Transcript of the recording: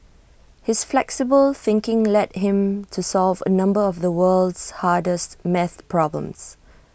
his flexible thinking led him to solve A number of the world's hardest maths problems